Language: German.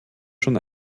schon